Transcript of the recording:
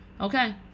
Okay